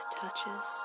touches